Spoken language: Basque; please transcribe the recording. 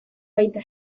baita